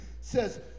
says